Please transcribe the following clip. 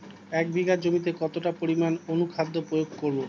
এক বিঘা জমিতে কতটা পরিমাণ অনুখাদ্য প্রয়োগ করব?